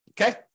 Okay